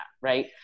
right